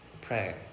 Pray